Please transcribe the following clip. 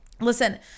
Listen